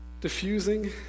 diffusing